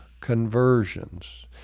conversions